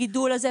הגידול הזה,